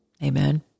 Amen